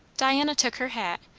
diana took her hat,